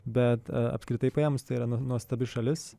bet apskritai paėmus tai yra nuostabi šalis